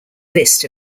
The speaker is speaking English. list